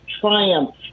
Triumph